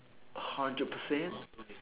hundred percent